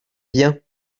bien